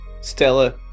Stella